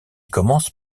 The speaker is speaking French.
commence